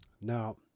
Now